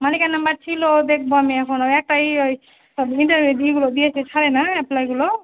মালিকের নাম্বার ছিলো দেখব আমি এখন একটা এই ওই বিভিন্ন ইয়েগুলো দিয়ে পোষায় না অ্যাপ্লাইগুলো